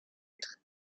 nôtres